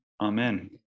amen